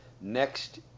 next